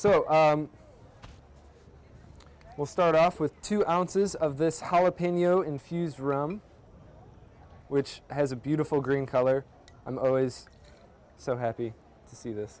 so we'll start off with two ounces of this how opinio infused room which has a beautiful green color i'm always so happy to see this